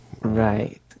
right